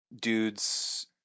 dudes